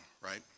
right